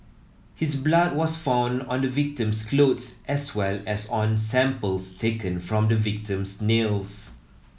his blood was found on the victim's clothes as well as on samples taken from the victim's nails